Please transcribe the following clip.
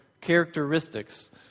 characteristics